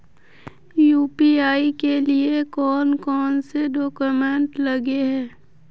UPI के लिए कौन कौन से डॉक्यूमेंट लगे है?